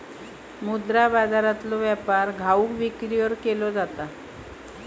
मुद्रा बाजारातलो व्यापार घाऊक विक्रीवर केलो जाता